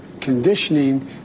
conditioning